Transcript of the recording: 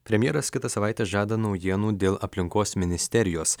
premjeras kitą savaitę žada naujienų dėl aplinkos ministerijos